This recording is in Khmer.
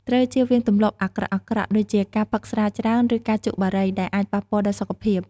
ត្រូវជៀសវាងទម្លាប់អាក្រក់ៗ ដូចជាការផឹកស្រាច្រើន ឬការជក់បារី ដែលអាចប៉ះពាល់ដល់សុខភាព។